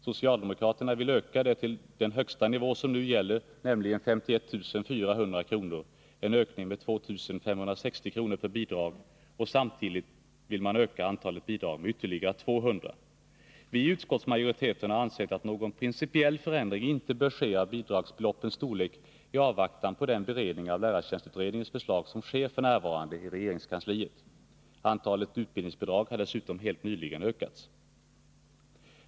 Socialdemokraterna vill öka det till den högsta nivå som nu gäller, nämligen 51 400 kr., en ökning med 2 560 kr. per bidrag. Samtidigt vill man öka antalet bidrag med ytterligare 200. Viiutskottsmajoriteten har ansett att någon principiell förändring inte bör ske av bidragsbeloppens storlek i avvaktan på den beredning av lärartjänstutredningens förslag som sker f. n. i regeringskansliet. Antalet utbildningsbidrag har dessutom helt nyligen ökats.